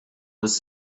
was